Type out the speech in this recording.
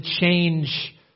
change